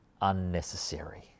unnecessary